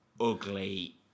ugly